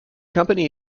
company